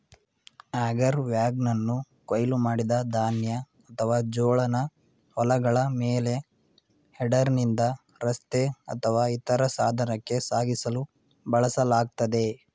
auger ವ್ಯಾಗನನ್ನು ಕೊಯ್ಲು ಮಾಡಿದ ಧಾನ್ಯ ಅಥವಾ ಜೋಳನ ಹೊಲಗಳ ಮೇಲೆ ಹೆಡರ್ನಿಂದ ರಸ್ತೆ ಅಥವಾ ಇತರ ಸಾಧನಕ್ಕೆ ಸಾಗಿಸಲು ಬಳಸಲಾಗ್ತದೆ